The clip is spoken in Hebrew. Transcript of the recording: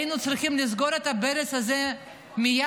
היינו צריכים לסגור את הברז הזה מייד.